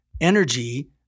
energy